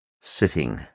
sitting